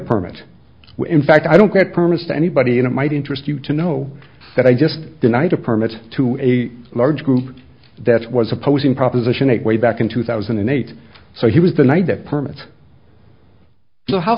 permit in fact i don't get permits to anybody and it might interest you to know that i just denied a permit to a large group that was opposing proposition eight way back in two thousand and eight so he was the one that permits so how